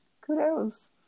kudos